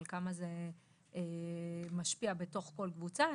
על כמה זה משפיע בתוך כל קבוצה.